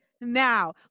now